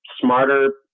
smarter